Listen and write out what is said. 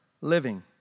living